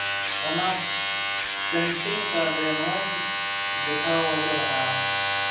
ᱚᱱᱟ painting card ᱨᱮ ᱱᱚᱣᱟᱧ ᱫᱮᱠᱷᱟᱣ ᱦᱚᱪᱚ ᱞᱮᱫᱼᱟ